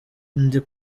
ndi